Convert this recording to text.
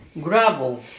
Gravel